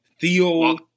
Theo